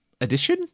addition